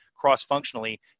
cross-functionally